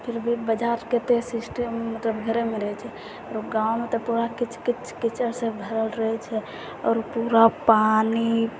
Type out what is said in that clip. फिर भी बाजार कतेक सिस्टम घरेमे रहै छै गाममे तऽ पूरा किच किच कीचड़सँ भरल रहै छै आओर पूरा पानी